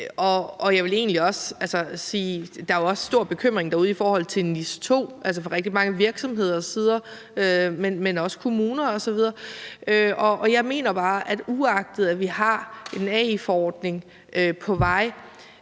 Jeg vil egentlig også sige: Der er jo også stor bekymring derude i forhold til NIS2, altså fra rigtig mange virksomheders side, men også fra kommuners osv. Jeg mener bare, at uagtet at vi har en AI-forordning på vej,